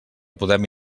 podem